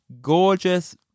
gorgeous